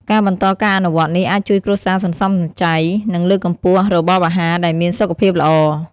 ការបន្តការអនុវត្តនេះអាចជួយគ្រួសារសន្សំសំចៃ និងលើកកម្ពស់របបអាហារដែលមានសុខភាពល្អ។